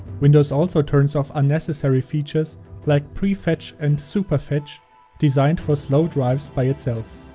windows also turns off unnecessary features like prefetch and superfetch designed for slow drives by itself.